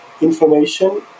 information